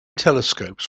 telescopes